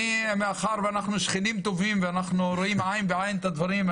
מאחר ואנחנו שכנים טובים ואנחנו רואים עין בעין את הדברים,